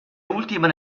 ultima